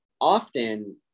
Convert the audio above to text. Often